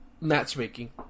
matchmaking